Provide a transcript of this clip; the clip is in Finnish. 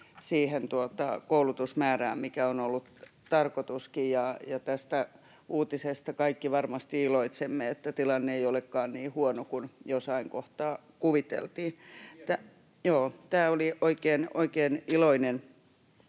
koulutusmäärään, mikä on ollut tarkoituskin. Tästä uutisesta kaikki varmasti iloitsemme, että tilanne ei olekaan niin huono kuin jossain kohtaa kuviteltiin. [Mauri Peltokangas: